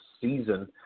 season